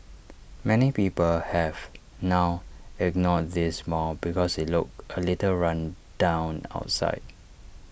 many people have now ignored this mall because IT looks A little run down outside